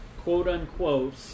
quote-unquote